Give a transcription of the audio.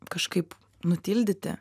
kažkaip nutildyti